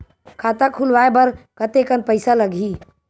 खाता खुलवाय बर कतेकन पईसा लगही?